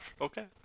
Okay